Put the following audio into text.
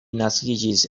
naskiĝis